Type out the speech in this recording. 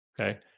okay